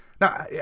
Now